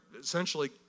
Essentially